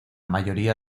mayoría